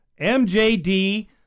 MJD